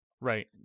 Right